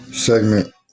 segment